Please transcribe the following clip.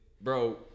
bro